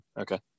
okay